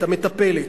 את המטפלת,